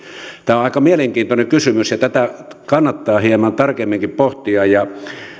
aika mielenkiintoinen kysymys ja tätä kannattaa hieman tarkemminkin pohtia